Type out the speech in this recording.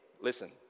listen